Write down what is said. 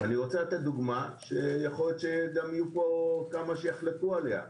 אני רוצה לתת דוגמה שיכול להיות שיהיו פה שיחלקו עליה,